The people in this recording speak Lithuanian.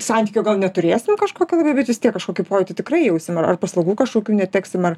santykio gal neturėsim kažkokio bet vis tiek kažkokį pojūtį tikrai jausim ar ar paslaugų kašokių neteksim ar